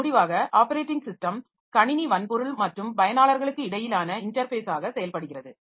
முடிவாக operating system கணினி வன்பொருள் மற்றும் பயனாளர்களுக்கு இடையிலான இன்டர்ஃபேஸாக செயல்படுகிறது